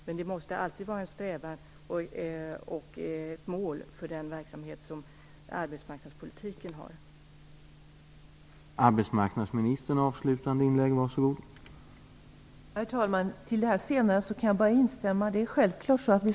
Men det måste alltid vara en strävan och ett mål för den verksamhet som arbetsmarknadspolitiken omfattar.